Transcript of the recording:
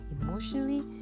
emotionally